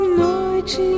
noite